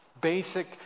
basic